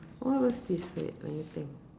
what was this wait let me think